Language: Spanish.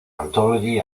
anthology